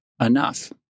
enough